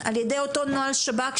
על ידי אותו נוהל שב"כ,